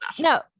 no